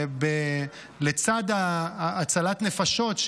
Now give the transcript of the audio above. לצד הצלת הנפשות,